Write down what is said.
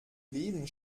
leben